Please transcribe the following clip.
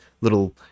little